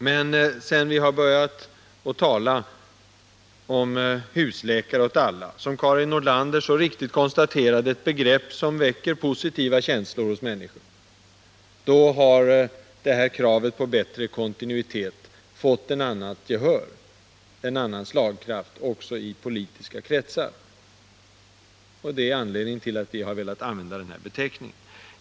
Men sedan vi har börjat tala om husläkare åt alla — som Karin Nordlander så riktigt konstaterade: ett begrepp som väcker positiva känslor hos människor — har detta krav på bättre kontinuitet fått ett annat gehör och en annan slagkraft, också i politiska kretsar. Det är anledningen till att vi har velat använda denna beteckning.